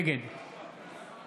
נגד